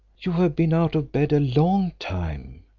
you have been out of bed a long time.